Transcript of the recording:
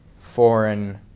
foreign